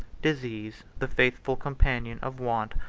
disease, the faithful companion of want,